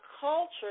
culture